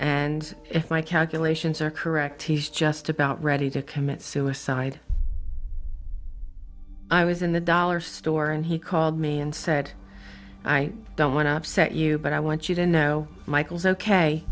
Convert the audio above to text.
and if my calculations are correct he's just about ready to commit suicide i was in the dollar store and he called me and said i don't want to upset you but i want you to know michael's ok